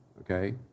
okay